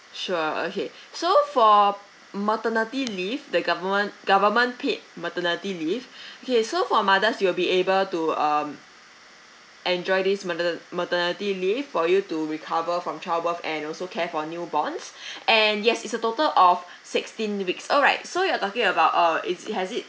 sure okay so for maternity leave the government government paid maternity leave okay so for mothers you'll be able to um enjoy this mater~ maternity leave for you to recover from child birth and also care for new borns and yes it's a total of sixteen weeks alright so you're talking about oh is it has it